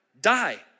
die